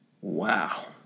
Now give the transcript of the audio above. Wow